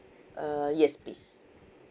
uh yes please